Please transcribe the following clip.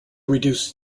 reduce